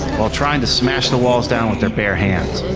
while trying to smash the walls down with their bare hands.